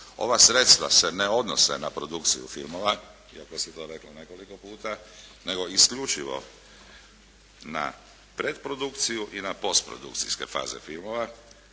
Ova sredstva se ne odnose na produkciju filmova iako se to reklo nekoliko puta nego isključivo na predprodukciju i na postprodukcijske faze filmova.